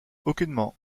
aucunement